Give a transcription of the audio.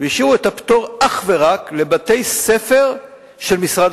והשאירו את הפטור אך ורק לבתי-ספר של משרד